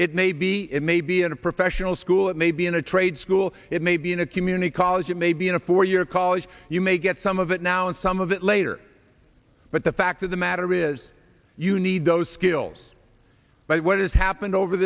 it may be it may be in a professional school it may be in a trade school it may be in a community college it may be in a four year college you may get some of it now and some of it later but the fact of the matter is you need those skills yes but what has happened over